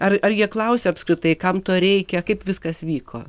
ar ar jie klausė apskritai kam to reikia kaip viskas vyko